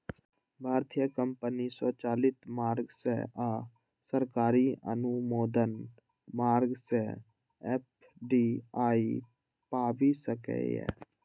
भारतीय कंपनी स्वचालित मार्ग सं आ सरकारी अनुमोदन मार्ग सं एफ.डी.आई पाबि सकैए